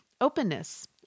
openness